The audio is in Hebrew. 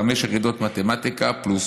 חמש יחידות מתמטיקה פלוס